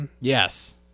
Yes